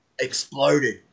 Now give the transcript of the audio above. exploded